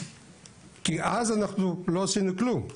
כי אז אנחנו לא עשינו כלום.